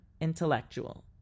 Intellectual